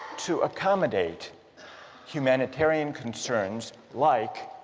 to accommodate humanitarian concerns like